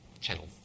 channel